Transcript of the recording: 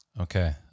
Okay